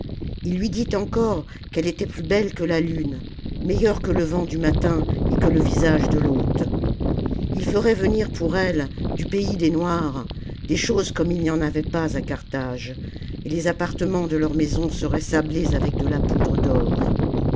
il lui dit encore qu'elle était plus belle que la lune meilleure que le vent du matin et que le visage de l'hôte ii ferait venir pour elle du pays des noirs des choses comme il n'y en avait pas à carthage et les appartements de leur maison seraient sablés avec de la poudre d'or